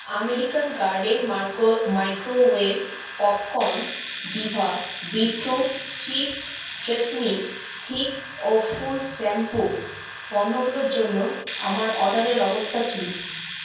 American garden Marco microwave popcorn Diva beetroot chips Tresemme thick ও full shampoo পণ্যগুলোর জন্য আমার অর্ডারের অবস্থা কী